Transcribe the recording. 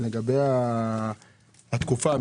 לגבי התקופה,